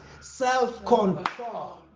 Self-control